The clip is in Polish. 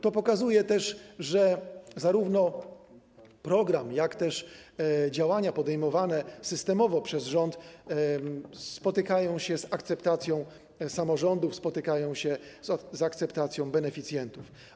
To pokazuje też, że zarówno program, jak i działania podejmowane systemowo przez rząd spotykają się z akceptacją samorządów, spotykają się z akceptacją beneficjentów.